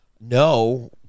No